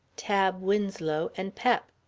tab winslow, and pep.